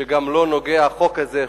שגם לו נוגע החוק הזה,